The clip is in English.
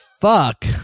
fuck